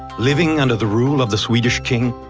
living under the rule of the swedish king,